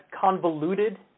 convoluted